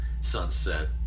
sunset